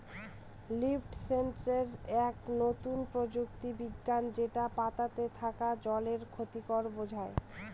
leaf sensor এক নতুন প্রযুক্তি বিজ্ঞান যেটা পাতাতে থাকা জলের ক্ষতিকে বোঝায়